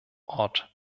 ort